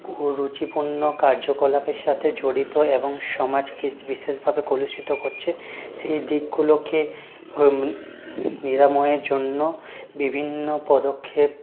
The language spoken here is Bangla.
কুরুচিপূর্ণ কার্যকলাপের সাথে জড়িত হয় এবং সমাজকে বিশেষভাবে কলুষিত করছে সেই দিকগুলোকে নিরাময়ের জন্য বিভিন্ন পদক্ষেপ